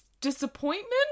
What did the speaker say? disappointment